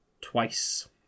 twice